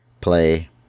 play